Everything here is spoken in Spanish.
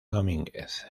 domínguez